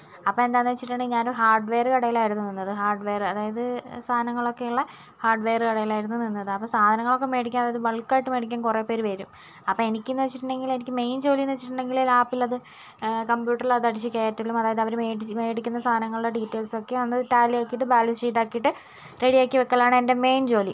അപ്പം എന്താണെന്ന് വച്ചിട്ടുണ്ടെങ്കിൽ ഞാൻ ഒരു ഹാർഡ്വെയറ് കടയിലായിരുന്നു നിന്നത് ഹാർഡ്വെയറ് അതായത് സാധനങ്ങളൊക്കെയുള്ള ഹാർഡ്വെയറ് കടയിലായിരുന്നു നിന്നത് അപ്പോൾ സാധനങ്ങളൊക്കെ മേടിക്കാൻ അതായത് ബൾക്കായിട്ട് മേടിക്കാൻ കുറേപേർ വരും അപ്പോൾ എനിക്ക് എന്നു വച്ചിട്ടുണ്ടെങ്കിൽ എനിക്ക് മെയിൻ ജോലിയെന്ന് വച്ചിട്ടുണ്ടെങ്കിൽ ലാപ്പിലത് കമ്പ്യൂട്ടറിൽ അത് അടിച്ചു കയറ്റലും അതായത് അവർ മേടിച്ച് മേടിക്കുന്ന സാധനങ്ങളുടെ ഡീറ്റെയിൽസ് ഒക്കെ ഒന്ന് ടാലിയാക്കിയിട്ട് ബാലൻസ് ഷീറ്റാക്കിയിട്ട് റെഡിയാക്കി വയ്ക്കലാണ് എൻ്റെ മെയിൻ ജോലി